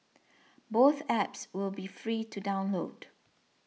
both apps will be free to download